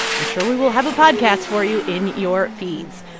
i'm sure we will have a podcast for you in your feeds.